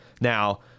Now